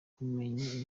kumenya